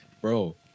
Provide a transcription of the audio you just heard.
bro